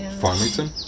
Farmington